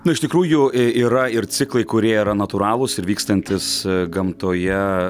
na iš tikrųjų i yra ir ciklai kurie yra natūralūs ir vykstantys gamtoje